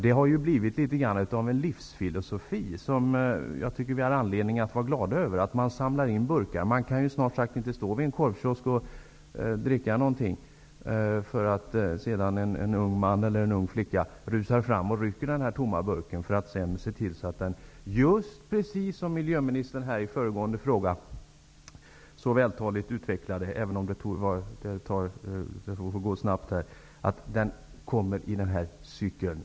Det har blivit litet grand av en livsfilosofi att man samlar in burkar, och det skall vi vara glada över. Så snart man står vid en korvkiosk och dricker någonting kommer en ung man eller en ung flicka framrusande och rycker den tomma burken ifrån en för att -- precis som miljöministern så vältaligt utvecklade under den föregående frågedebatten -- se till att burken kommer in i den här cykeln.